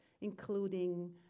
including